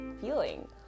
feeling